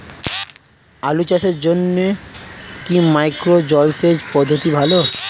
আলু চাষের জন্য কি মাইক্রো জলসেচ পদ্ধতি ভালো?